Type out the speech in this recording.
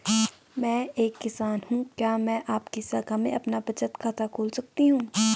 मैं एक किसान हूँ क्या मैं आपकी शाखा में अपना बचत खाता खोल सकती हूँ?